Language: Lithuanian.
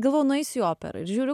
galvoju nueisiu į operą ir žiūriu